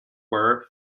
were